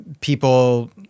people